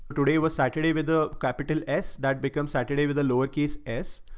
today was saturday with a capital s that becomes saturday with a lowercase s.